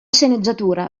sceneggiatura